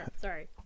Sorry